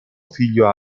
figlio